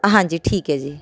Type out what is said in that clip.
ਹਾਂਜੀ ਠੀਕ ਹੈ ਜੀ